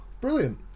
brilliant